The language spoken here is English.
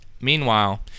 Meanwhile